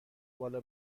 بالا